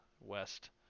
west